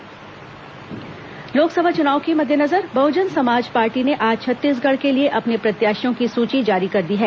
बसपा सूची लोकसभा चुनाव के मद्देनजर बहजन समाज पार्टी ने आज छत्तीसगढ़ के लिए अपने प्रत्याशियों की सूची जारी कर दी है